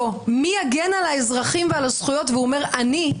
מ יגן על האזרחים ועל הזכויות והוא אומר: אני,